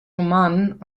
romanen